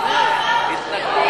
סוף-סוף.